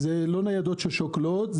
אלו לא ניידות ששוקלות.